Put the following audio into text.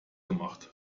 gemacht